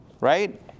right